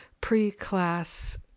pre-class